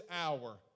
hour